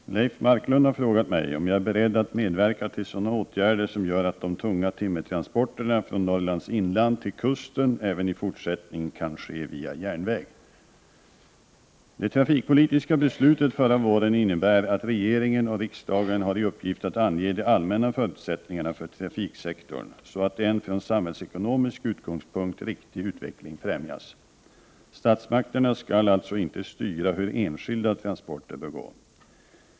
Herr talman! Leif Marklund har frågat mig om jag är beredd att medverka till sådana åtgärder som gör att de tunga timmertransporterna från Norrlands inland till kusten även i fortsättningen kan ske via järnväg. Det trafikpolitiska beslutet förra våren innebär att regeringen och riksdagen har i uppgift att ange de allmänna förutsättningarna för trafiksektorn så att en från samhällsekonomisk utgångspunkt riktig utveckling främjas. Statsmakterna skall alltså inte styra hur enskilda transporter bör gå.